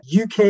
UK